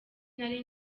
nari